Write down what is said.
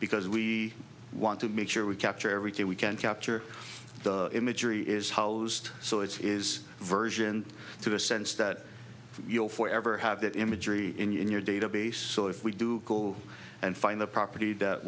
because we want to make sure we capture everything we can capture the imagery is housed so it is version to the sense that you'll forever have that imagery in your database so if we do go and find the property that